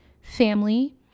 family